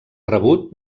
rebut